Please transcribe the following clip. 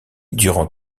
durant